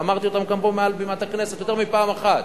ואמרתי אותם פה מעל במת הכנסת יותר מפעם אחת.